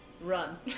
run